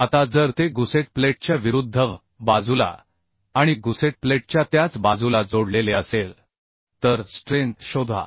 आता जर ते गुसेट प्लेटच्या विरुद्ध बाजूला आणि गुसेट प्लेटच्या त्याच बाजूला जोडलेले असेल तर स्ट्रेंथ शोधा